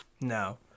No